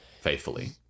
faithfully